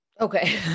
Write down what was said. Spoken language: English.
okay